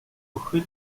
бүхий